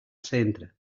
centre